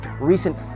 recent